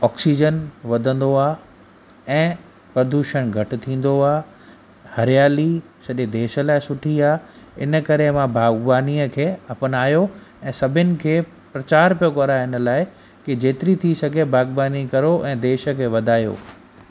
oxygen वधंदो आहे ऐं प्रदूषण घटि थींदो आहे हरियाली सॼे देश लाइ सुठी आहे इन करे मां बागवानीअ खे अपनायो ऐं सभिन खे प्रचार पियो करां हिन लाए कि जेतरी थी सघे बागबानी करो ऐं देश खे वधायो